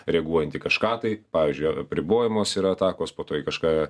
reaguojant į kažką tai pavyzdžiui apribojamos yra atakos po to į kažką